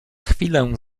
chwilę